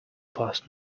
past